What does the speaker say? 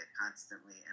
constantly